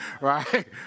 right